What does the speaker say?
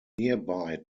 nearby